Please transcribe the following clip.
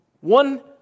One